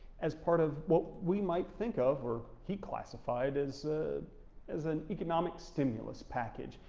as part of what we might think of or he classified as ah as an economic stimulus package,